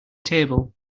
table